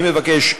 אני מבקש,